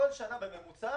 שנה בממוצע